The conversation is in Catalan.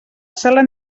sala